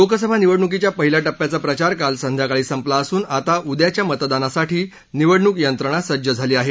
लोकसभा निवडणुकीच्या पहिल्या टप्प्याचा प्रचार काल संध्याकाळी संपला असून आता उद्याच्या मतदानासाठी निवडणूक यंत्रणा सज्ज झाली आहे